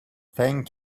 thank